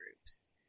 groups